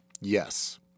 Yes